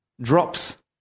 Drops